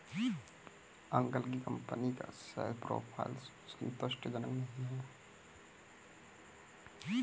uncle की company का sales profile संतुष्टिजनक नही है